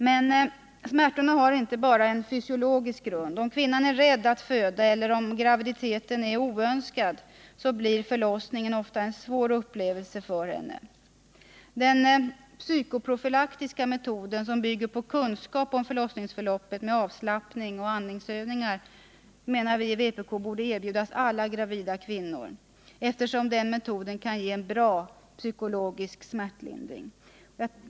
Men smärtorna har inte bara en fysiologisk grund. Om kvinnan är rädd att föda eller om graviditeten är oönskad, blir förlossningen ofta en svår upplevelse för henne. Den psykoprofylaktiska metoden, som bygger på kunskap om förlossningsförloppet med avslappning och andningsövningar, menar vi i vpk borde erbjudas alla gravida kvinnor, eftersom den metoden kan ge en bra psykologisk smärtlindring.